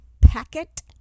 packet